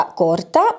corta